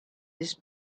this